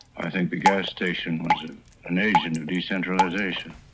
think the gas station was an agent to decentralization.